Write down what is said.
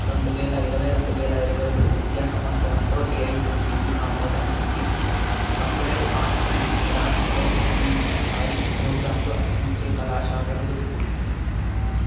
రెండు వేల ఇరవై రెండు వేల ఇరవై ఒకటి విద్యా సంవత్సరంలో ఏఐసీటీఈ ఆమోదం పొంది అప్లైడ్ ఆర్ట్స్ అండ్ క్రాఫ్ట్స్లో పీజీ స్థాయి ప్రోగ్రాంలు అందించే కళాశాలలు వెతుకు